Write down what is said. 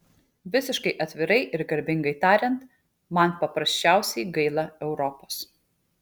visiškai atvirai ir garbingai tariant man paprasčiausiai gaila europos